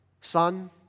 Son